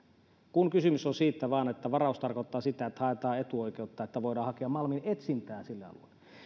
kun kysymys on vain siitä että varaus tarkoittaa sitä että haetaan etuoikeutta malmin etsintään sillä alueella